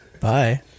Bye